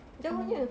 jauhnya